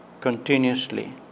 continuously